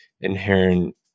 inherent